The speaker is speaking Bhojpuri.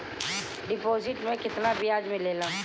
डिपॉजिट मे केतना बयाज मिलेला?